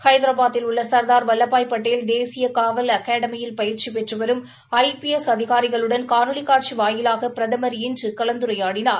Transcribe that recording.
ஹைதராபாத்தில் உள்ள சர்தார் வல்வபாய்படேல் தேசிய காவல் அகாடமியில் பயிற்சிபெற்று வரும் ஐ பி எஸ் அதிகாரிகளுடன் காணொலி காட்சி வாயிலாக பிரதமர் இன்று கலந்துரையாடினார்